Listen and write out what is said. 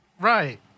Right